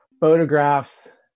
photographs